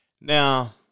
Now